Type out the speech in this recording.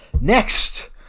Next